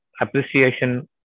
appreciation